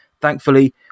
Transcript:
Thankfully